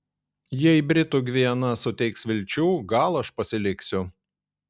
jei britų gviana suteiks vilčių gal aš pasiliksiu